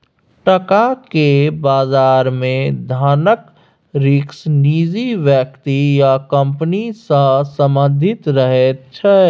टका केर बजार मे धनक रिस्क निजी व्यक्ति या कंपनी सँ संबंधित रहैत छै